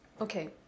Okay